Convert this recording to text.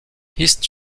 east